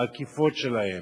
בעקיפות שלהם,